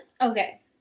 okay